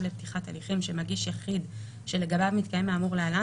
לפתיחת הליכים שמגיש יחיד שלגביו מתקיים האמור להלן,